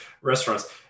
restaurants